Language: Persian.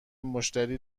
مشتری